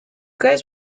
guys